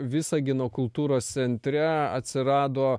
visagino kultūros centre atsirado